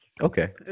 Okay